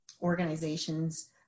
organizations